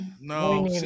no